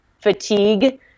fatigue